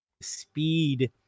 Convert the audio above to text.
speed